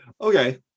Okay